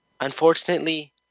Unfortunately